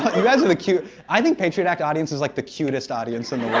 but you guys are the cute i think patriot act audience is like the cutest audience in the world.